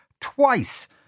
twice